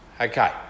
Okay